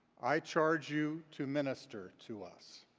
i charge you to minister to us.